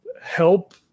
help